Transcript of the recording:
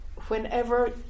Whenever